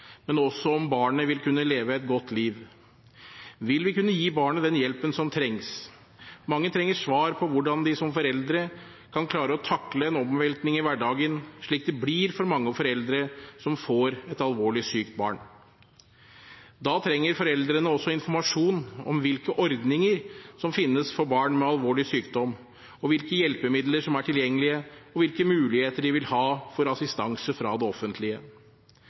men også om barnet vil kunne leve et godt liv. Vil vi kunne gi barnet den hjelpen som trengs? Mange trenger svar på hvordan de som foreldre kan klare å takle en omveltning i hverdagen, slik det blir for mange foreldre som får et alvorlig sykt barn. Da trenger foreldrene også informasjon om hvilke ordninger som finnes for barn med alvorlig sykdom, hvilke hjelpemidler som er tilgjengelige, og hvilke muligheter de vil ha for assistanse fra det offentlige.